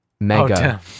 Mega